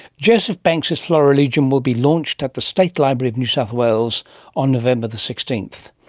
joseph banks's florilegium will be launched at the state library of new south wales on november the sixteenth.